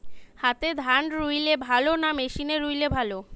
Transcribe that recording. হাতে ধান রুইলে ভালো না মেশিনে রুইলে ভালো?